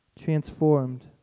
transformed